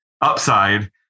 upside